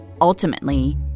Ultimately